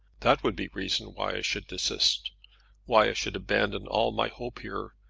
that would be reason why i should desist why i should abandon all my hope here,